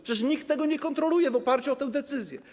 Przecież nikt tego nie kontroluje w oparciu o te decyzje.